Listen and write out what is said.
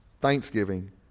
thanksgiving